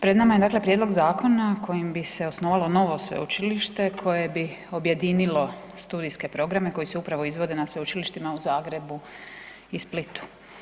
Pred nama je dakle, prijedlog zakona kojim bi se osnovalo novo sveučilište koje bi objedinilo studijske programe koji se upravo izvode na sveučilištima u Zagrebu i Splitu.